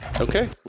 Okay